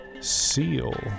Seal